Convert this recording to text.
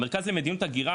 המרכז למדיניות הגירה,